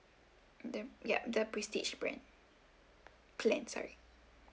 the ya the prestige brand plan sorry